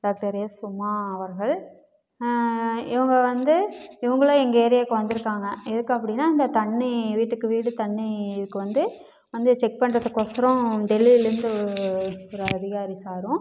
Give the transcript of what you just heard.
doctor S Uma அவர்கள் இவங்க வந்து இவங்களும் எங்கள் ஏரியாவுக்கு வந்திருக்காங்க எதுக்கு அப்படின்னா இந்த தண்ணி வீட்டுக்கு வீட்டு தண்ணி இதுக்கு வந்து வந்து செக் பண்றதுக்கோசரம் டெல்லிலேருந்து ஒரு அதிகாரி சாரும்